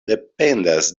dependas